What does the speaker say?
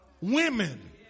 Women